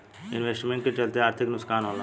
investing के चलते आर्थिक नुकसान होला